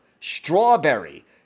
Strawberry